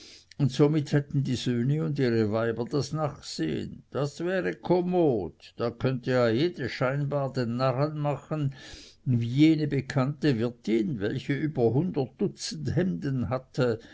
und somit hätten die söhne und ihre weiber das nachsehen das wäre kommod da könnte jede scheinbar den narren machen wie jene bekannte wirtin welche über hundert dutzend hemden hatte